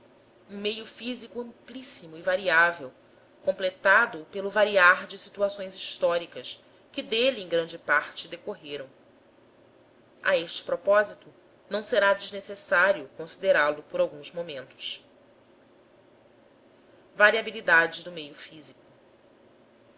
meio físico amplíssimo e variável completado pelo variar de situações históricas que dele em grande parte decorreram a este propósito não será desnecessário considerá-lo por alguns momentos variabilidade do meio físico